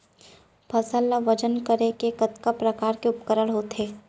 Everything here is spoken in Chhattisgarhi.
फसल ला वजन करे के कतका प्रकार के उपकरण होथे?